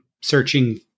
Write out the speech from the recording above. searching